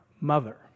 mother